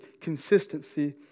consistency